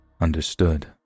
understood